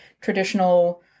traditional